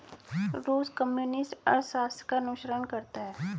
रूस कम्युनिस्ट अर्थशास्त्र का अनुसरण करता है